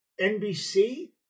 NBC